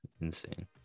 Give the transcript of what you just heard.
Insane